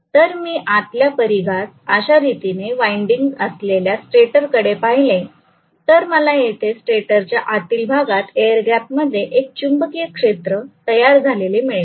तर मी आतल्या परिघात अशा रीतीने वाइंडिंग असलेल्या स्टेटर कडे पाहिले तर मला येथे स्टेटर च्या आतील भागात एअर गॅप मध्ये एक चुंबकीय क्षेत्र तयार झालेले मिळेल